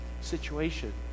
situation